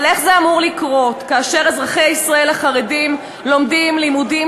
אבל איך זה אמור לקרות כאשר אזרחי ישראל החרדים לומדים לימודים